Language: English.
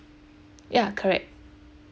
ya correct